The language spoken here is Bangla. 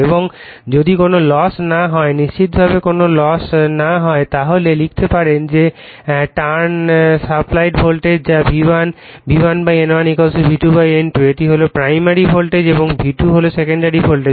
এবং যদি কোন লস না হয় নিশ্চিতভাবে কোন লস না হয় তাহলে লিখতে পারেন যে টার্ন সাপ্লাইড ভোল্টেজ যা V1 V1 N1 V2 N2 এটি হল প্রাইমারি ভোল্টেজ এবং V2 হল সেকেন্ডারি ভোল্টেজ